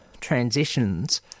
transitions